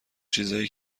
چیزای